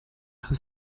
who